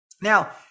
now